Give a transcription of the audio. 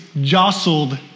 jostled